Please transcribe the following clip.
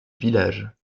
village